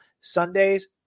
Sunday's